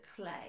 clay